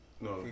No